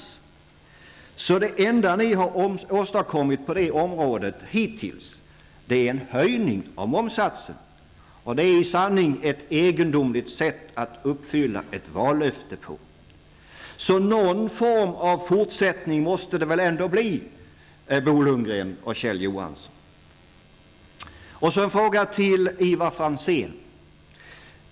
Så det enda ni har åstadkommit på detta område hittills är en höjning av momssatsen, och det är i sanning ett egendomligt sätt att uppfylla ert vallöfte. Någon form av fortsättning måste det väl ändå bli, Bo Lundgren och Kjell Johansson? Så en fråga till Ivar Franzén.